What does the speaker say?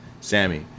Sammy